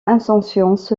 insouciance